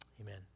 Amen